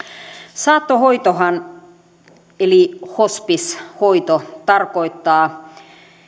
saattohoitohan eli hospice hoito tarkoittaa